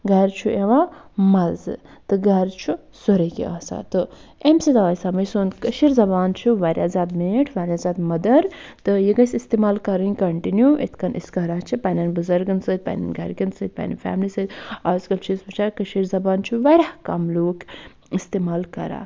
گرِ چھُ یِوان مَزٕ تہٕ گرٕ چھُ سورُے کیٚنہہ آسان تہٕ اَمہِ سۭتۍ آیہِ سَمجھ سون کٲشِر زَبان چھُ واریاہ زیادٕ میٖٹھ واریاہ زیادٕ مٔدٕر تہٕ یہِ گژھِ اِستعمال کَرٕنۍ کَنٹِنیوٗ یِتھ کٔنۍ أسۍ کران چھِ پنٛنٮ۪ن بُزرگَن سۭتۍ پنٛنٮ۪ن گرِکٮ۪ن سۭتۍ پَنٕنہِ فٮ۪ملی سۭتۍ آز کَل چھُ أسۍ وٕچھان کٔشیٖر زَبان چھُ واریاہ کَم لوٗکھ اِستعمال کران